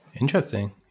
interesting